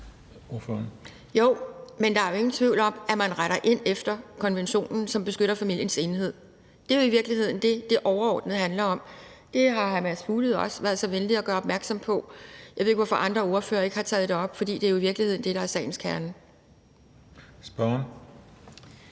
Jo, men der er jo ingen tvivl om, at man retter ind efter konventionen, som beskytter familiens enhed. Det er i virkeligheden det, det overordnet handler om. Det har hr. Mads Fuglede jo også været så venlig at gøre opmærksom på. Jeg ved ikke, hvorfor andre ordførere ikke har taget det op, for det er i virkeligheden det, der er sagens kerne. Kl.